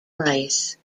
rice